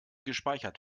gespeichert